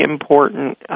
important